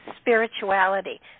spirituality